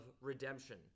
redemption